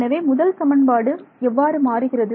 எனவே முதல் சமன்பாடு எவ்வாறு மாறுகிறது